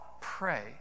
pray